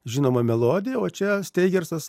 žinomą melodiją o čia steigersas